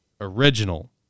original